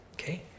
Okay